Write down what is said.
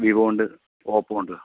വിവോണ്ട് ഓപ്പോണ്ട്